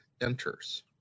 enters